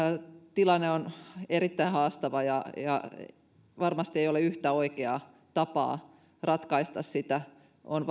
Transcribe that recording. tilanne on erittäin haastava ja ja ei varmasti ole yhtä oikeaa tapaa ratkaista sitä on